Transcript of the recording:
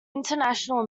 international